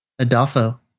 Adolfo